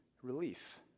relief